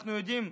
ואנחנו יודעים,